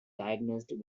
diagnosed